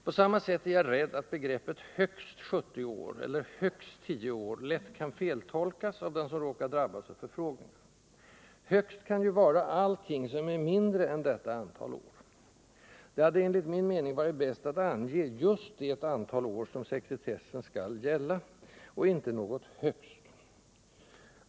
På samma sätt är jag rädd för att begreppet ”högst 70 år” eller ”högst tio år” lätt kan feltolkas av dem som råkar drabbas av förfrågningar. ”Högst” kan ju vara allting som är mindre än detta antal år. Det hade enligt min mening varit bäst att ange just det antal år som sekretessen skall gälla och inte använda termen ”högst”.